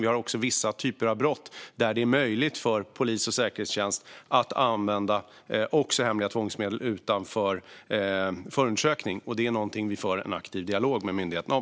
Det finns också vissa typer av brott där det är möjligt för polis och säkerhetstjänst att använda hemliga tvångsmedel utan förundersökning. Det är något vi för en aktiv dialog med myndigheterna om.